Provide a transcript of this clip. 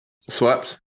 Swept